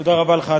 תודה רבה לך.